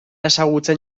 ezagutzen